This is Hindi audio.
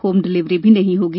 होम डिलीवरी भी नहीं होगी